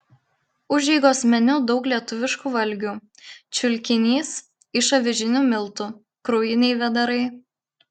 užeigos meniu daug lietuviškų valgių čiulkinys iš avižinių miltų kraujiniai vėdarai